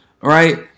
right